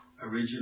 originally